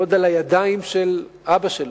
עוד על הידיים של אבא שלו,